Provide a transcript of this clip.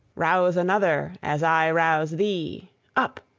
rouse another as i rouse thee up!